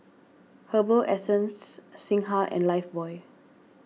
Herbal Essence Singha and Lifebuoy